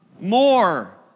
More